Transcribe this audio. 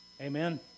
Amen